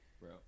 Bro